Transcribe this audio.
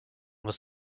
was